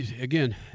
Again